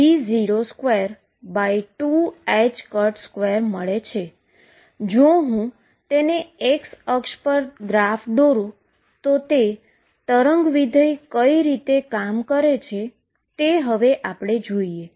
જો હું તેને x અક્ષ ગ્રાફ દોરુ તો તે વેવ ફંક્શન કઈ રીતે કામ કરે છે તે હવે આપણે જોઈએ